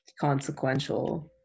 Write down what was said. consequential